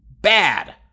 bad